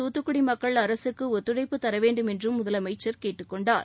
தூத்துக்குடி மக்கள் அரசுக்கு ஒத்துழைப்பு தர வேண்டும் என்றும் முதலமைச்சர் கேட்டுக் கொண்டார்